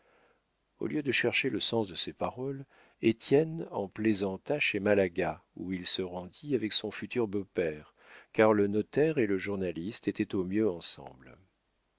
au lieu de chercher le sens de ces paroles étienne en plaisanta chez malaga où il se rendit avec son futur beau-père car le notaire et le journaliste étaient au mieux ensemble